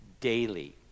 daily